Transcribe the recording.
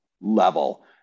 level